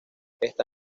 esta